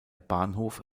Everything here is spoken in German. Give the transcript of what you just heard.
bahnhof